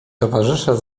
towarzysze